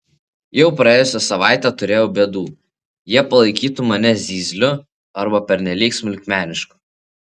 jau praėjusią savaitę turėjau bėdų jie palaikytų mane zyzliu arba pernelyg smulkmenišku